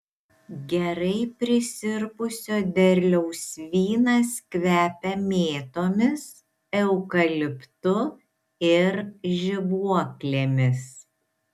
gerai prisirpusio derliaus vynas kvepia mėtomis eukaliptu ir žibuoklėmis